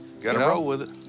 gotta roll with it.